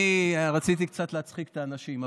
רציתי קצת להצחיק את האנשים,